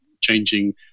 changing